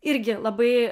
irgi labai